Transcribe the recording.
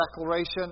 declaration